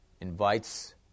invites